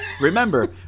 Remember